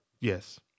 Yes